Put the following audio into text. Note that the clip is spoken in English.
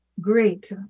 Great